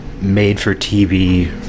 made-for-TV